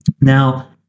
Now